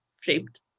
shaped